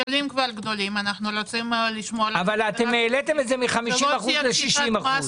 בכלים גדולים אנחנו רוצים לשמור --- אבל העליתם את זה מ-50% ל-60%.